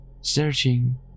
searching